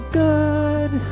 good